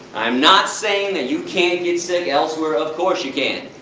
i'm not saying that you can't get sick elsewhere, of course you can.